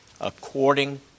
according